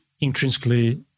intrinsically